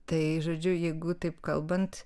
tai žodžiu jeigu taip kalbant